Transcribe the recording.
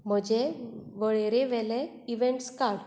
म्हजे वळेरेवेले इवँट्स काड